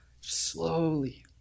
slowly